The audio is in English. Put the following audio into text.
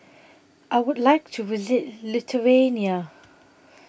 I Would like to visit Lithuania